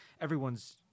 Everyone's